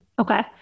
Okay